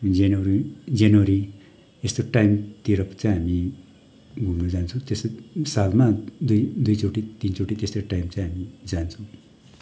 जनवरी जनवरी यस्तो टाइमतिर चाहिँ हामी घुम्नु जान्छौँ त्यसै नै सालमा दुई दुई चोटि तिन चोटि त्यस्तै टाइम चाहिँ हामी जान्छौँ